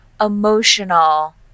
emotional